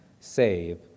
save